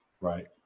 right